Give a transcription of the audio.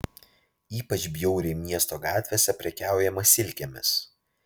ypač bjauriai miesto gatvėse prekiaujama silkėmis